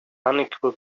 unequal